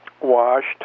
washed